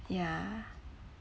ya